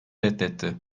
reddetti